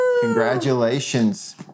Congratulations